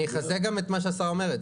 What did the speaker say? אני אחזק גם את מה שהשרה אומרת,